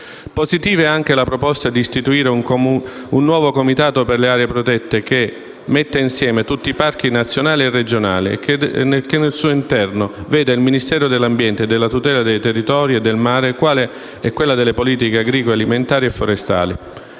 Positiva è anche la proposta di istituire un nuovo comitato per le aree protette che metta assieme tutti i parchi nazionali e regionali, e che al suo interno veda il Ministero dell'ambiente e della tutela del territorio e del mare e quello delle politiche agricole alimentari e forestali,